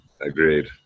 Agreed